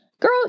girl